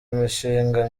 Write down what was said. imishinga